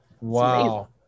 Wow